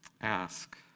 ask